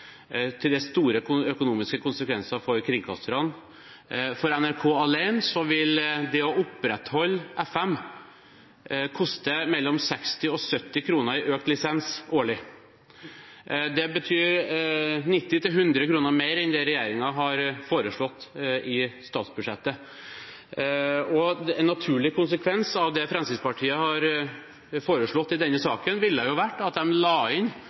til store økonomiske konsekvenser for kringkasterne. For NRK alene vil det å opprettholde FM koste mellom 60 og 70 kr i økt lisens årlig. Det betyr 90–100 kr mer enn det regjeringen har foreslått i statsbudsjettet. En naturlig konsekvens av det Fremskrittspartiet har foreslått i denne saken, ville vært at de la inn